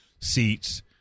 seats